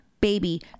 baby